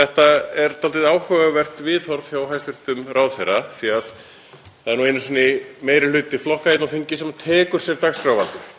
Þetta er dálítið áhugavert viðhorf hjá hæstv. ráðherra því að það er nú einu sinni meiri hluti flokka hér á þingi sem tekur sér dagskrárvaldið.